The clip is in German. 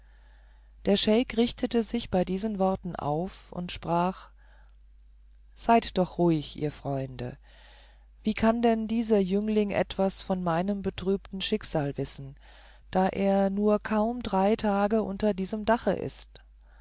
der scheik richtete sich bei diesen worten auf und sprach seid doch ruhig ihr freunde wie kann denn dieser jüngling etwas von meinem betrübten schicksal wissen da er nur kaum drei tage unter diesem dache ist